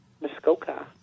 Muskoka